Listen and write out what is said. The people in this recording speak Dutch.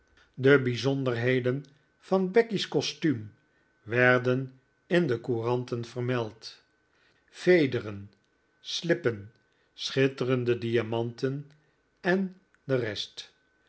de bijzonderheden van becky's costuum werden in de couranten vermeld vederen slippen schitterende diamanten en de rest